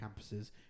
campuses